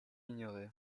ignoré